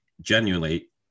genuinely